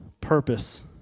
Purpose